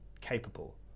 capable